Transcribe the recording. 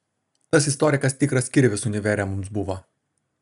tas istorikas tikras kirvis univere mums buvo